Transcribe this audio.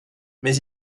mais